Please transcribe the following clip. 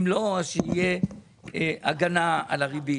אם לא, אז שתהיה הגנה על הריבית